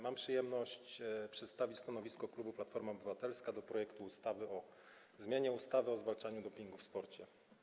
Mam przyjemność przedstawić stanowisko klubu Platforma Obywatelska w sprawie projektu ustawy o zmianie ustawy o zwalczaniu dopingu w sporcie.